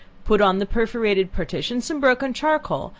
put on the perforated partition some broken charcoal,